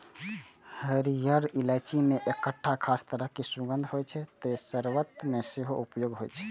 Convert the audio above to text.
हरियर इलायची मे एकटा खास तरह सुगंध होइ छै, तें शर्बत मे सेहो उपयोग होइ छै